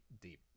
deep